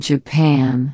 Japan